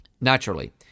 Naturally